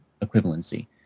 equivalency